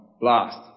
blast